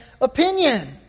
opinion